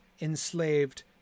enslaved